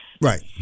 right